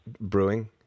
brewing